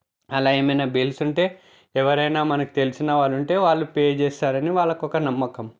అలా ఏమైనా బిల్స్ ఉంటే ఎవరైనా మనకుతెలిసిన వాళ్ళు ఉంటే వాళ్ళు పే చేస్తారని వాళ్ళకు ఒక నమ్మకం